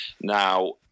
Now